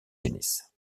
tennis